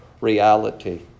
reality